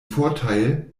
vorteil